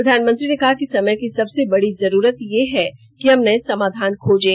प्रधानमंत्री ने कहा कि समय की सबसे बड़ी जरूरत यह है कि हम नये समाधान खोजें